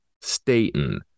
Staten